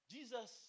Jesus